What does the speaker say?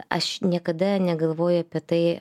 aš niekada negalvoju apie tai